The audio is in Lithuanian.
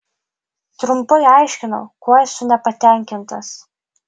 trumpai aiškinau kuo esu nepatenkintas